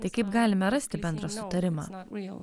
tai kaip galime rasti bendrą sutarimą